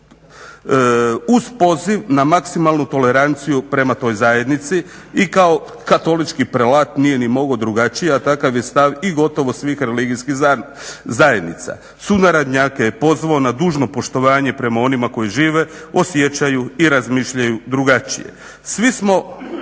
uz poziv na maksimalnu toleranciju prema toj zajednici i kao katolički prelat nije ni mogao drugačije a takav je stav i gotovo svih religijskih zajednica. Sunarodnjake je pozvao na dužno poštovanje prema onima koji žive, osjećaju i razmišljaju drugačije. Svi smo